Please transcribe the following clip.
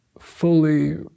fully